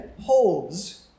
holds